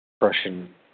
Russian